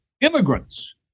immigrants